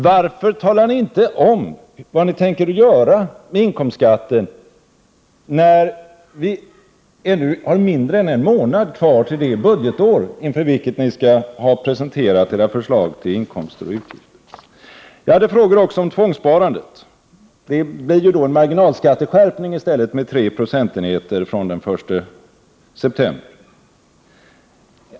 Varför talar ni inte om vad ni tänker göra med inkomstskatten? Vi har nu mindre än en månad kvar till det budgetår inför vilket ni skall ha presenterat era förslag till inkomster och utgifter. Jag ställde också frågor om tvångssparandet. Det blir ju en marginalskatteskärpning med 3 procentenheter den 1 september.